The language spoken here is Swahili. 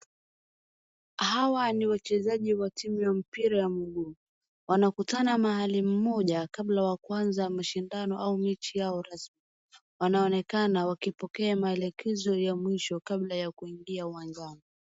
Hawa ni wachezaji wa timu ya mpira ya mguu, wanakutana mahali mmoja kabla ya kuanza mashindano au mechi yao rasmi. Wanaonekana wakipokea maelekezo ya mwisho kabla ya kuingia uwanjani.